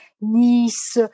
Nice